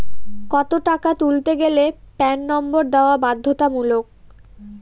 কত টাকা তুলতে গেলে প্যান নম্বর দেওয়া বাধ্যতামূলক?